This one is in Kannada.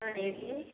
ಹಾಂ ಹೇಳಿ